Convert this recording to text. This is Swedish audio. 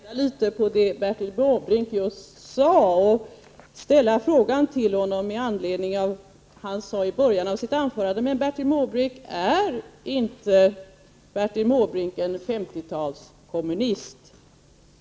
Herr talman! Jag måste nog vända litet på det Bertil Måbrink just sade. Med anledning av vad Bertil Måbrink sade i början av sitt anförande vill jag ställa frågan till honom: Är inte Bertil Måbrink en 50-talskommunist?